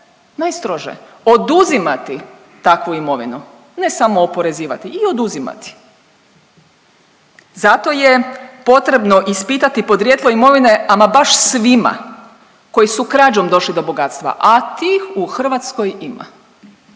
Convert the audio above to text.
najstrože, oduzimati takvu imovinu ne samo oporezivati i oduzimati. Zato je potrebno ispitati podrijetlo imovine ama baš svima koji su krađom došli do bogatstva, a tih u Hrvatskoj ima,